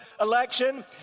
election